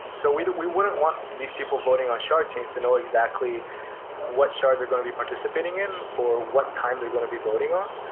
so we we wouldn't want these people voting on shard chains to know exactly what shards are going to be participating in or what time they're going to be voting on,